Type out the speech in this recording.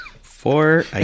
Four